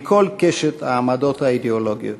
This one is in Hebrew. מכל קשת העמדות האידיאולוגיות.